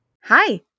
Hi